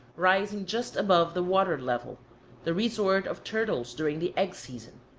rising just above the water-level the resort of turtles during the egg season.